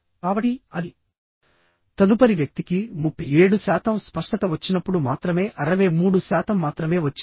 కాబట్టి అది తదుపరి వ్యక్తికి 37 శాతం స్పష్టత వచ్చినప్పుడు మాత్రమే 63 శాతం మాత్రమే వచ్చింది